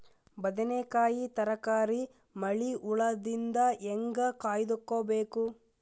ಬದನೆಕಾಯಿ ತರಕಾರಿ ಮಳಿ ಹುಳಾದಿಂದ ಹೇಂಗ ಕಾಯ್ದುಕೊಬೇಕು?